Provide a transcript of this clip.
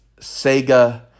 Sega